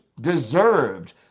deserved